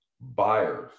buyers